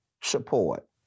support